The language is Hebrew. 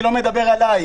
אני לא מדבר עלי.